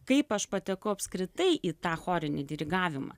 kaip aš patekau apskritai į tą chorinį dirigavimą